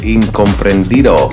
Incomprendido